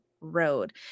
road